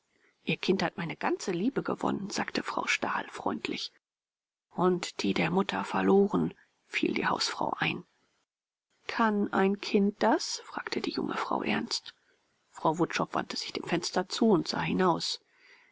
ihr kind hat meine ganze liebe gewonnen sagte frau stahl freundlich und die der mutter verloren fiel die hausfrau ein kann ein kind das fragte die junge frau ernst frau wutschow wandte sich dem fenster zu und sah hinaus